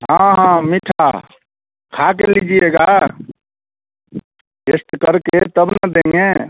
हाँ हाँ मीठा खा के लीजिएगा टेश्ट कर के तब ना देंगे